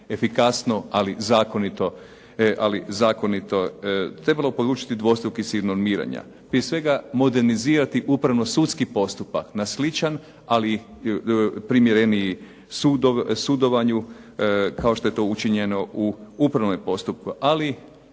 efikasno ali zakonito, trebalo je poručiti dvostruki ... normiranje. Prije svega modernizirati upravno sudski postupak na sličan ali primjereniji sudovanju, kao što je to učinjeno u upravnom postupku.